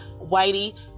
Whitey